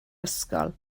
ysgol